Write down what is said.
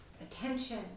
attention